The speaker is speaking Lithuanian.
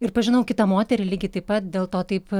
ir pažinau kitą moterį lygiai taip pat dėl to taip